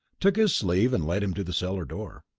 took his sleeve and led him to the cellar door.